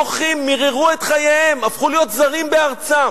פתאום ארץ מפותחת, ארץ רווחה, מאוד נחמד.